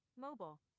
Mobile